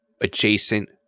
adjacent